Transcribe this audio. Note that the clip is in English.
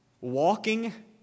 walking